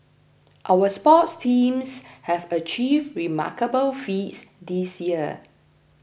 our sports teams have achieved remarkable feats this year